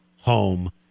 home